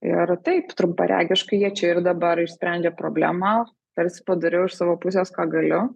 ir taip trumparegiškai jie čia ir dabar išsprendžia problemą tarsi padariau iš savo pusės ką galiu